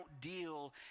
deal